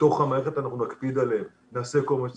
בתוך המערכת אנחנו נקפיד עליהם, נעשה כל מה שצריך,